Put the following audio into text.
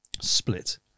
split